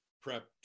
prep